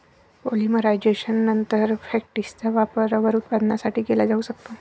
पॉलिमरायझेशननंतर, फॅक्टिसचा वापर रबर उत्पादनासाठी केला जाऊ शकतो